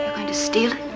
to steal